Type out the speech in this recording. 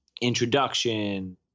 introduction